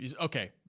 Okay